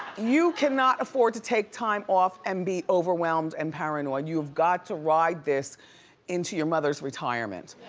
you cannot afford to take time off and be overwhelmed and paranoid. you've got to ride this into your mother's retirement.